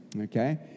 Okay